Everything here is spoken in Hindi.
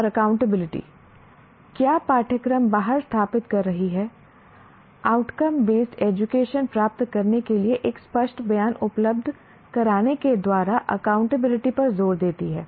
और अकाउंटेबिलिटी क्या पाठ्यक्रम बाहर स्थापित कर रही है आउटकम बेस्ड एजुकेशन प्राप्त करने के लिए एक स्पष्ट बयान उपलब्ध कराने के द्वारा अकाउंटेबिलिटी पर जोर देती है